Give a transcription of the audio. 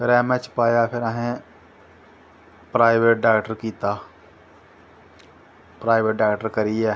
M H पाया फिर असैं प्राईवेट ड्रक्टर कीता प्राईवेट डाक्टर करियै